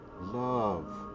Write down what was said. love